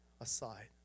aside